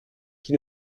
qui